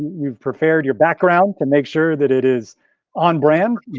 you've prepared your background to make sure that it is on brand yeah